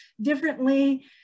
differently